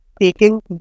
taking